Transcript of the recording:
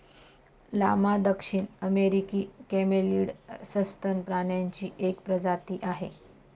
llama दक्षिण अमेरिकी camelid सस्तन प्राण्यांची एक प्रजाती आहे